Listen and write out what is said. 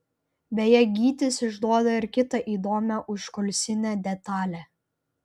beje gytis išduoda ir kitą įdomią užkulisinę detalę